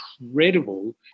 incredible